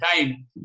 time